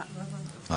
של